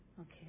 Okay